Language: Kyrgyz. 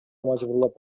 мажбурлап